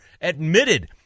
admitted